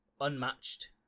unmatched